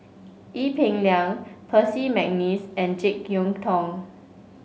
Ee Peng Liang Percy McNeice and JeK Yeun Thong